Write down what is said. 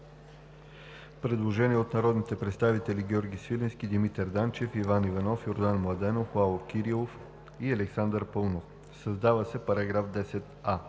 предложение от народните представители Георги Свиленски, Димитър Данчев, Иван Иванов, Йордан Младенов, Лало Кирилов и Александър Паунов. Комисията подкрепя